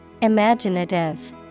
Imaginative